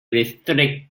restrict